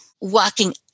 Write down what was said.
walking